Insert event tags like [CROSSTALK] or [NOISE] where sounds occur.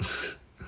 [BREATH]